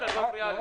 אל תסבירי.